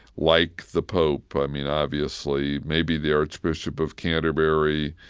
like the pope. i mean, obviously maybe the archbishop of canterbury,